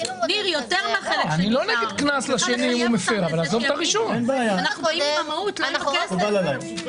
אני לא נגד קנס לשני אם הוא מפר אבל עזוב את הראשון.